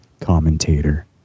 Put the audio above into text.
commentator